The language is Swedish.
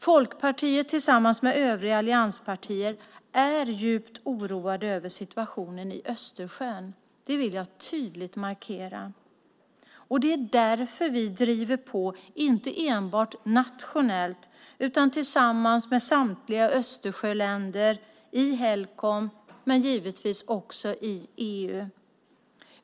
Folkpartiet, tillsammans med övriga allianspartier, är djupt oroat över situationen i Östersjön. Det vill jag tydligt markera. Det är därför vi driver på, inte enbart nationellt utan tillsammans med samtliga Östersjöländer i Helcom men givetvis också i EU.